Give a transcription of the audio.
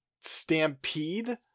Stampede